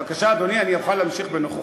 בבקשה, אדוני, אני אוכל להמשיך בנוכחותך.